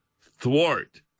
thwart